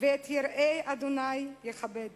ואת יראי ה' יכבד